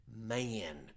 man